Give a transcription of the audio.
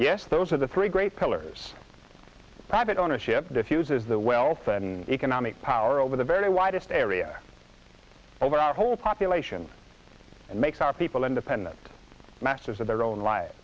yes those are the three great pillars of private ownership defuses the well said economic power over the very widest area over our whole population and makes our people independent masters of their own li